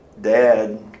Dad